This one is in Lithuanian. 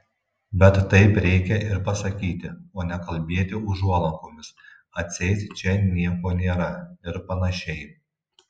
bet taip reikia ir pasakyti o ne kalbėti užuolankomis atseit čia nieko nėra ir panašiai